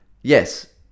yes